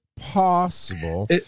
possible